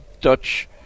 Dutch